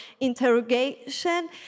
interrogation